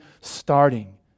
starting